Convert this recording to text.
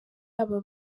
aba